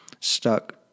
stuck